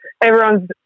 everyone's